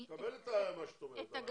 אני מקבל את מה שאת אומרת.